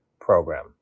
program